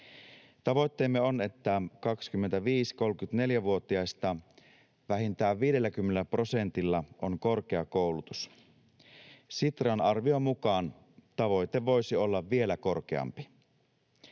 Tavoitteemme on, että 25—34-vuotiaista vähintään 50 prosentilla on korkea koulutus. Sitran arvion mukaan tavoite voisi olla vielä korkeampi.